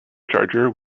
charger